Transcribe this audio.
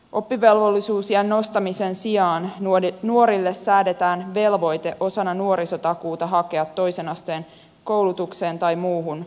oppivelvollisuusiän nostamisen sijaan nuorille säädetään velvoite osana nuorisotakuuta hakea toisen asteen koulutukseen tai muuhun jatkokoulutukseen